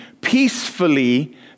peacefully